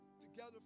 together